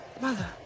mother